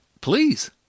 Please